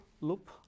loop